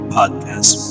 podcast